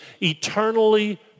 eternally